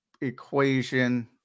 equation